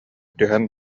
түһэн